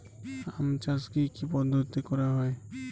আম চাষ কি কি পদ্ধতিতে করা হয়?